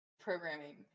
programming